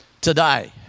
today